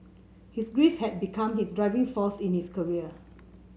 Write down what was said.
his grief had become his driving force in his career